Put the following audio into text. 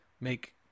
make